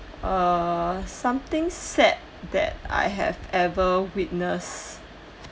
err something sad that I have ever witnessed